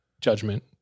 judgment